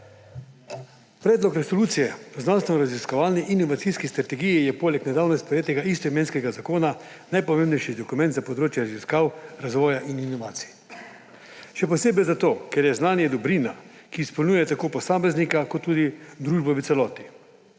Predlog resolucije o znanstvenoraziskovalni in inovacijski strategiji je poleg nedavno sprejetega istoimenskega zakona najpomembnejši dokument za področje raziskav, razvoja in inovacij. Še posebej zato, ker je znanje dobrina, ki izpolnjuje tako posameznika kot tudi družbo v celoti,